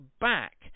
back